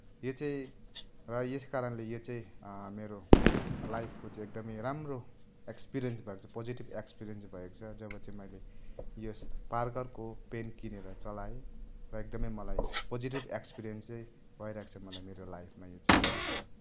यो चाहिँ र यस कारणले यो चाहिँ मेरो लाइफको चाहिँ एकदमै राम्रो एक्सपिरिएन्स भएको छ पोजिटिभ एक्सपिरिएन्स भएको छ जब चाहिँ मैले यस पार्करको पेन किनेर चलाएँ र एकदमै मलाई पोजिटिभ एक्सपिरिएन्स चाहिँ भइरहेको छ मलाई मेरो लाइफमा यो चाहिँ